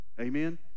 Amen